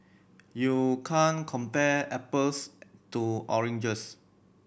you can't compare apples to oranges